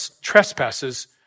trespasses